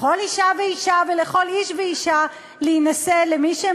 לכל אישה ואישה ולכל איש ואישה להינשא למי שהם